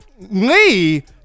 Lee